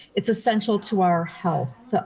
it's essential to our health.